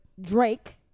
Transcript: Drake